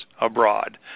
abroad